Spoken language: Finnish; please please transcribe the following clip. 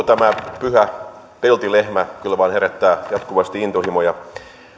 tämä pyhä peltilehmä kyllä vain herättää jatkuvasti intohimoja